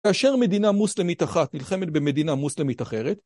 כאשר מדינה מוסלמית אחת נלחמת במדינה מוסלמית אחרת?